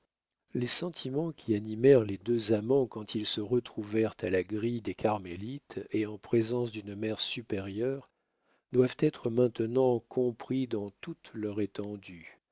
les sentiments qui animèrent les deux amants quand ils se retrouvèrent à la grille des carmélites et en présence d'une mère supérieure doivent être maintenant compris dans toute leur étendue